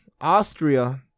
Austria